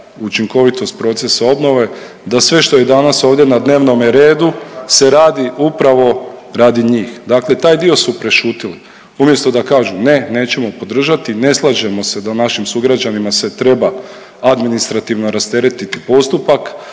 učinkovitost procesa obnove, da sve što je danas ovdje na dnevnome redu se radi upravo radi njih. Dakle, taj dio su prešutili umjesto da kažu ne, nećemo podržati, ne slažemo se da našim sugrađanima se treba administrativno rasteretiti postupak,